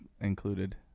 included